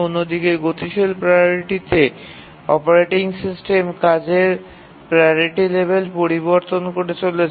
অন্যদিকে গতিশীল প্রাওরিটিতে অপারেটিং সিস্টেম কাজের প্রাওরিটি লেভেল পরিবর্তন করে চলেছে